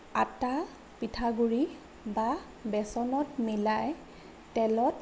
আটা পিঠাগুৰি বা বেচনত মিলাই তেলত